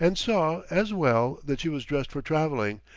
and saw, as well, that she was dressed for traveling,